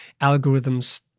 algorithms